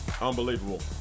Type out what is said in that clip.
Unbelievable